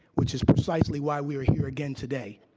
which is precisely why we're here again today.